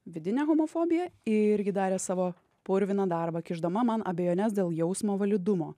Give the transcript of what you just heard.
vidinė homofobija irgi darė savo purviną darbą kišdama man abejones dėl jausmo validumo